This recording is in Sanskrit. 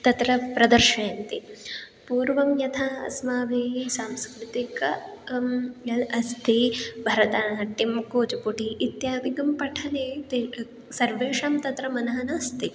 तत्र प्रदर्शयन्ति पूर्वं यथा अस्माभिः सांस्कृतिकं किं यद् अस्ति भरतनाट्यं कूचुपुडि इत्यादिकं पठने ते सर्वेषां तत्र मनः नास्ति